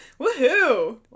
Woohoo